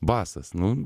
basas nu